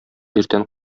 иртән